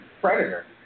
predator